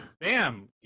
Bam